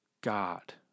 God